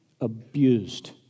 abused